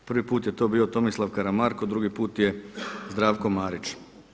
Prvi put je to bio Tomislav Karamarko, drugi put je Zdravko Marić.